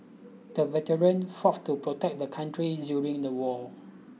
the veteran to protect the country during the war